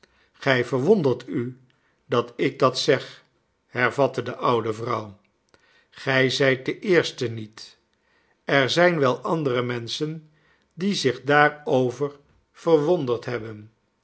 gij verwondert u dat ik dat zeg hervatte de oude vrouw gij zijt de eerste niet er zijn wel andere menschen die zich daarover verwonderd hebben